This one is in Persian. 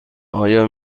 آیا